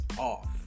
off